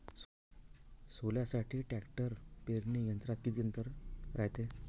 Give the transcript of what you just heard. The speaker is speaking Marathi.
सोल्यासाठी ट्रॅक्टर पेरणी यंत्रात किती अंतर रायते?